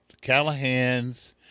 Callahan's